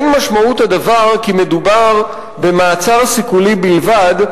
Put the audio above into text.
אין משמעות הדבר כי מדובר במעצר סיכולי בלבד,